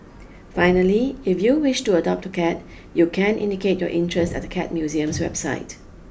finally if you wish to adopt a cat you can indicate your interest at the Cat Museum's website